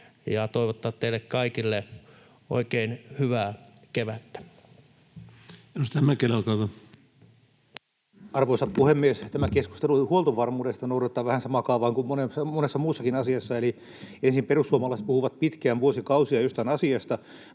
ja toivottaa teille kaikille oikein hyvää kevättä. Edustaja Mäkelä, olkaa hyvä. Arvoisa puhemies! Tämä keskustelu huoltovarmuudesta noudattaa vähän samaa kaavaa kuin monessa muussakin asiassa, eli ensin perussuomalaiset puhuvat pitkään, vuosikausia jostain asiasta,